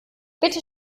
bitte